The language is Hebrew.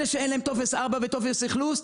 אלה שאין להם טופס 4 וטופס אכלוס,